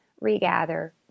regather